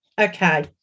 Okay